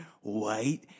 white